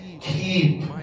keep